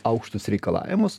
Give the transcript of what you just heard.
aukštus reikalavimus